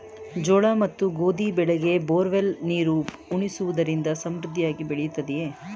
ಜೋಳ ಮತ್ತು ಗೋಧಿ ಬೆಳೆಗೆ ಬೋರ್ವೆಲ್ ನೀರು ಉಣಿಸುವುದರಿಂದ ಸಮೃದ್ಧಿಯಾಗಿ ಬೆಳೆಯುತ್ತದೆಯೇ?